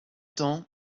temps